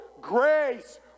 grace